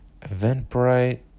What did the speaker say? Eventbrite